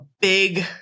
big